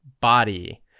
body